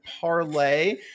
parlay